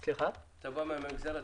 אתה בא מן המגזר הציבורי?